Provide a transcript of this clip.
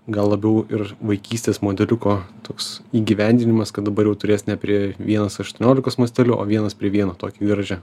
gal labiau ir vaikystės modeliuko toks įgyvendinimas kad dabar turės ne prie vienas aštuoniolikos masteliu o vienas prie vieno tokį garaže